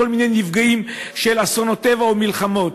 בכל מיני נפגעים של אסונות טבע או מלחמות.